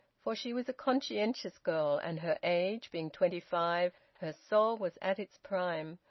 for she was a conscientious girl, and her age being twenty-five her soul was at its prime,